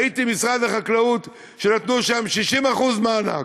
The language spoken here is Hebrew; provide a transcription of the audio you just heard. הייתי במשרד החקלאות כשנתנו שם 60% מענק.